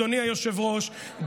אדוני היושב-ראש,